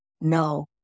No